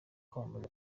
kwamamaza